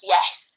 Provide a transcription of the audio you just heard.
Yes